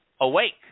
Awake